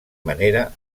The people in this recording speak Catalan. manera